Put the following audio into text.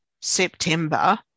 September